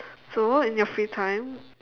so on your free time